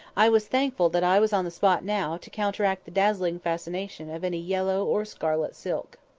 i was thankful that i was on the spot now, to counteract the dazzling fascination of any yellow or scarlet silk.